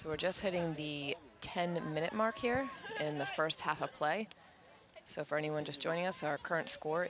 so we're just hitting the ten minute mark here in the first half of play so for anyone just joining us our current score